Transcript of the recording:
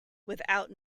without